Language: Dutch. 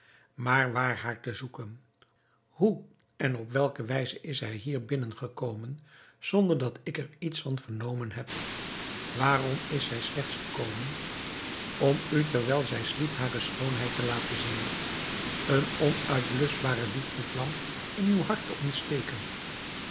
maar waar haar te zoeken hoe en op welke wijze is zij hier binnen gekomen zonder dat ik er iets van vernomen heb waarom is zij slechts gekomen om u terwijl zij sliep hare schoonheid te laten zien eene onuitbluschbare liefdevlam in uw hart te ontsteken